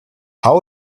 how